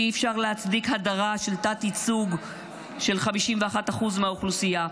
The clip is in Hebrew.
כי אי-אפשר להצדיק הדרה או תת-ייצוג של 51% מהאוכלוסייה.